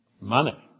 Money